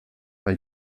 weil